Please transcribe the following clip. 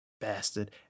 bastard